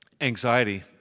anxiety